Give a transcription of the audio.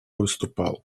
выступал